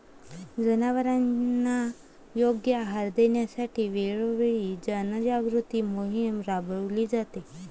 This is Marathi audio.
जनावरांना योग्य आहार देण्यासाठी वेळोवेळी जनजागृती मोहीम राबविली जाते